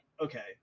okay